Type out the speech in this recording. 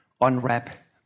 unwrap